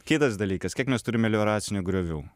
kitas dalykas kiek mes turim melioracinių griovių